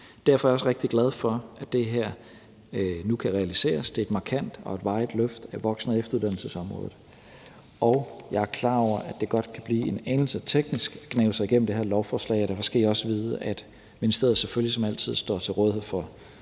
Derfor er jeg også rigtig glad for, at det her nu kan realiseres. Det er et markant og varigt løft af voksen- og efteruddannelsesområdet. Jeg er klar over, at det godt kan blive en anelse teknisk at gnave sig igennem det her lovforslag, og derfor skal I også vide, at ministeriet selvfølgelig som altid står til rådighed for